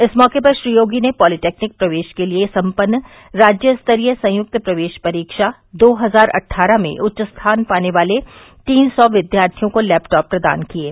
इस मौके पर श्री योगी ने पॉलीटेक्निक प्रवेश के लिये सम्मपन्न राज्य स्तरीय संयुक्त प्रवेश परीक्षा दो हजार अट्ठारह में उच्च स्थान पाने वाले तीन सौ विद्यार्थियों को लैफ्टॉप प्रदान किये